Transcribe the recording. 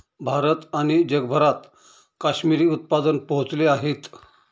भारत आणि जगभरात काश्मिरी उत्पादन पोहोचले आहेत